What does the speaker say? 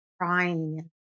crying